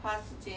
花时间